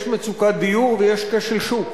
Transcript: יש מצוקת דיור ויש כשל שוק.